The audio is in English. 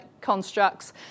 constructs